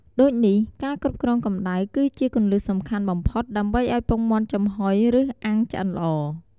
ដូចនេះ ការគ្រប់គ្រងកម្តៅគឺជាគន្លឹះសំខាន់បំផុតដើម្បីឱ្យពងមាន់ចំហុយឬអាំងឆ្អិនល្អ។